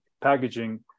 packaging